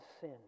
sin